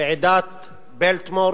ועידת בילטמור